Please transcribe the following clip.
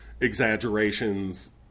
exaggerations